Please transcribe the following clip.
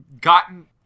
gotten